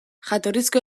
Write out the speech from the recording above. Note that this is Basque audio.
jatorrizko